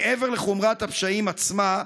מעבר לחומרת הפשעים עצמה,